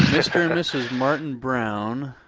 mr. and mrs. martin brown.